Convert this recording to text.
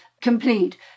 complete